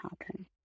happen